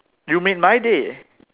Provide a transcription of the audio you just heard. you made my day